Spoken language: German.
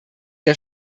der